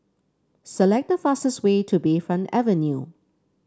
select the fastest way to Bayfront Avenue